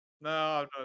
No